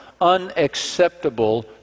unacceptable